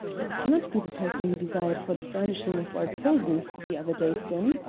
it cannot be the person you desired for the furnishing of our tolbooth the other day, sim?